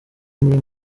muri